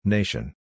Nation